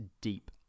deep